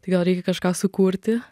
tai gal reikia kažką sukurti